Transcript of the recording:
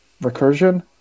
recursion